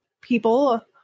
people